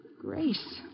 Grace